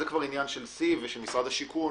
זה עניין של סיב ושל משרד השיכון.